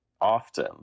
often